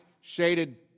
shaded